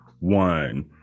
one